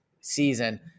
season